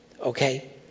Okay